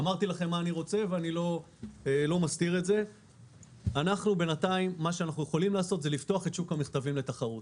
מה שאנחנו יכולים בינתיים לעשות זה לפתוח את שוק המכתבים לתחרות.